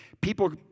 people